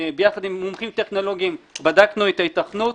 ביחד עם מומחים טכנולוגים בדקנו את ההיתכנות.